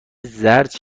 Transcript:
زرد